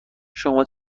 شما